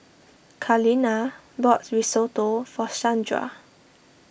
Kaleena bought Risotto for Shandra